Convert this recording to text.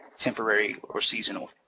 temporary, or seasonal.